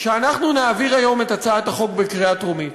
שאנחנו נעביר היום את הצעת החוק בקריאה טרומית,